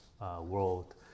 world